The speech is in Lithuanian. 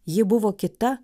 ji buvo kita